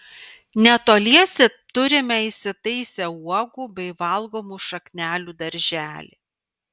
netoliese turime įsitaisę uogų bei valgomų šaknelių darželį